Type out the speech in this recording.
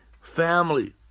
family